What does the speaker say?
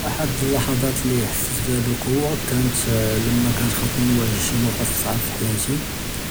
אחד אללח׳טאת לי ח׳סית פיהא בקוوة כאנת למא כאן ח׳סני נואעג׳ שי מוקף צעב פי חייאתי